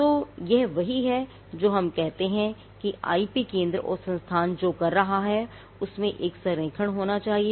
तो यह वही है जो हम कहते हैं कि आईपी केंद्र और संस्थान जो कर रहा है उसमें एक संरेखण होना चाहिए